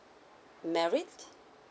married